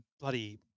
bloody